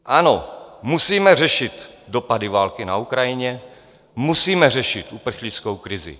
Ano, musíme řešit dopady války na Ukrajině, musíme řešit uprchlickou krizi.